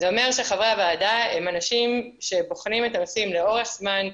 זה אומר שחברי הוועדה הם אנשים שבוחנים את הנושאים לאורך זמן,